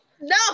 no